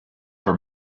for